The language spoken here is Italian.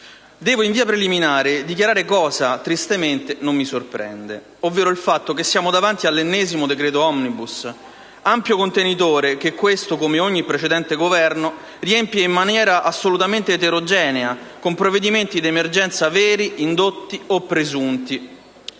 Devo, in via preliminare, dichiarare cosa tristemente non mi sorprende, ovvero il fatto che siamo di fronte all'ennesimo decreto-legge *omnibus,* ampio contenitore che questo, come ogni precedente Governo, riempie in maniera assolutamente eterogenea con provvedimenti d'emergenza veri, indotti o presunti.